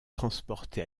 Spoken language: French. transporté